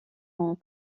ont